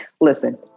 Listen